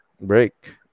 break